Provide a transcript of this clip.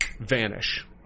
vanish